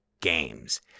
games